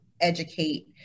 educate